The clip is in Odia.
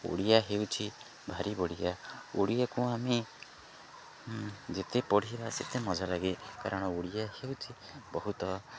ଓଡ଼ିଆ ହେଉଛି ଭାରି ବଢ଼ିଆ ଓଡ଼ିଆକୁ ଆମେ ଯେତେ ପଢ଼ିବା ସେତେ ମଜା ଲାଗେ କାରଣ ଓଡ଼ିଆ ହେଉଛି ବହୁତ